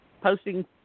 posting